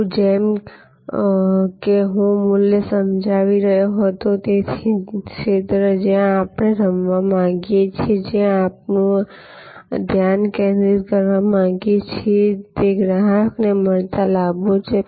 હવે જેમ કે હું મૂલ્ય સમજાવી રહ્યો હતો તેથી ક્ષેત્ર જ્યાં આપણે રમવા માંગીએ છીએ જ્યાં આપણે આપણું ધ્યાન કેન્દ્રિત કરવા માંગીએ છીએ તે ગ્રાહકને મળતા લાભો છે